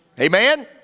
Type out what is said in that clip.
Amen